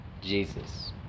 Jesus